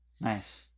Nice